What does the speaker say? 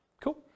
Cool